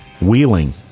Wheeling